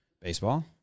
Baseball